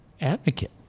advocate